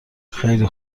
خیله